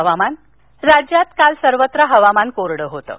हवामान राज्यात इतरत्र हवामान कोरडं होतं